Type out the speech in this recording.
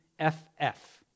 F-F